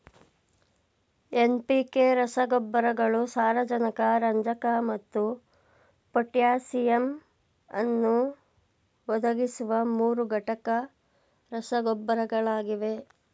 NPK ರಸಗೊಬ್ಬರಗಳು ಸಾರಜನಕ ರಂಜಕ ಮತ್ತು ಪೊಟ್ಯಾಸಿಯಮ್ ಅನ್ನು ಒದಗಿಸುವ ಮೂರುಘಟಕ ರಸಗೊಬ್ಬರಗಳಾಗಿವೆ